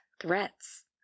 threats